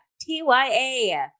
T-Y-A